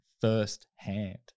firsthand